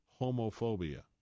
homophobia